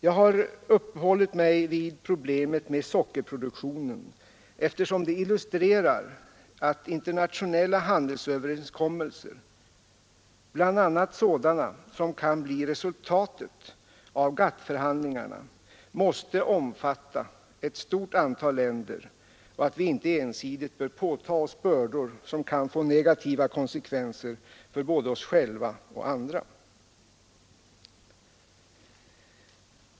Jag har uppehållit mig vid problemet med sockerproduktionen, eftersom det illustrerar att internationella handelsöverenskommelser, bl.a. sådana som kan bli resultatet av GATT-förhandlingarna, måste omfatta ett stort antal länder och att vi inte ensidigt bör påta oss bördor som kan få negativa konsekvenser för både oss själva och andra.